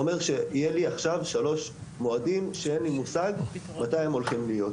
זה אומר שיהיו לי עכשיו שלושה מועדים שאין לי מושג מתי הם הולכים להיות.